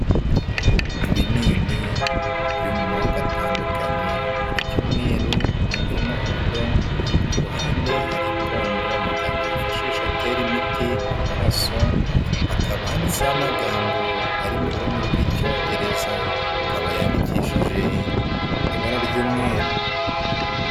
Ibinini biri mu moko atandukanye hari ibyumweru n'iby'umuhondo ku ruhande hari ipombo muganga yifashisha atera imiti mu maraso hakaba handitseho amagambo ari mu rurimi rw'icyongereza akaba yandikishije ibara ry'umweru.